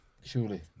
Surely